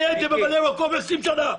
אני הייתי ממלא מקום 20 שנים.